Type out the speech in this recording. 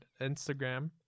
instagram